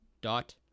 dot